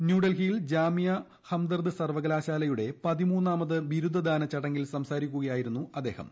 ന്യൂഡൽഹിയിൽ ജാമിയ ഹംദർദ് സർവ്വകലാശാലയുടെ പതിമുന്നാമത് ബിരുദ ദാന ചടങ്ങിൽ സംസാരിക്കുകയായിരുന്നു അദ്ദേഹം